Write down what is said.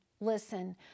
Listen